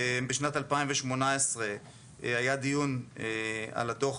בשנת 2018 היה דיון על הדוח